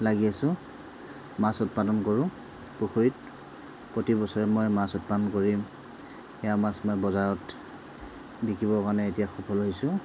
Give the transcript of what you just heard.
লাগি আছোঁ মাছ উৎপাদন কৰোঁ পুখুৰীত প্ৰতি বছৰে মই মাছ উৎপাদন কৰি সেয়া মাছ মই বজাৰত বিকিবৰ কাৰণে এতিয়া সফল হৈছোঁ